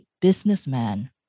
businessman